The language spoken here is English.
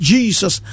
Jesus